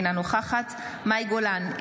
אינה נוכחת מאי גולן,